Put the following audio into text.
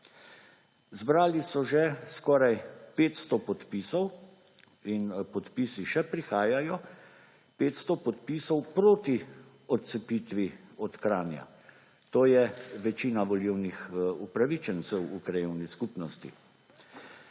Zbrali so skoraj že 500 podpisov in podpisi še prihajajo, 500 podpisov proti odcepitvi od Kranja. To je večina volivnih upravičencev v krajevni skupnosti